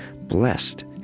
blessed